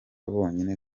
bonyine